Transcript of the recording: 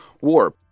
war